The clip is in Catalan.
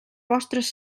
vostres